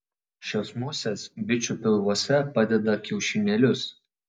šios musės bičių pilvuose padeda kiaušinėlius